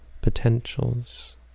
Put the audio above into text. potentials